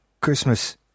christmas